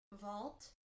vault